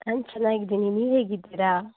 ನಾನು ಚೆನ್ನಾಗಿದ್ದೀನಿ ನೀವು ಹೇಗಿದ್ದೀರಾ